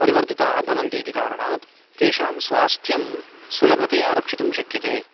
परिवर्तिताः भवन्ति इति कारणात् तेषां स्वास्थ्यं सुलभतया रक्षितुं शक्यते